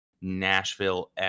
Nashville